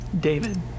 David